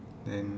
then